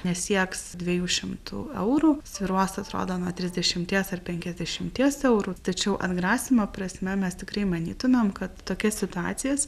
nesieks dviejų šimtų eurų svyruos atrodo nuo trisdešimties ar penkiasdešimties eurų tačiau atgrasymo prasme mes tikrai manytumėm kad tokias situacijas